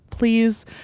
Please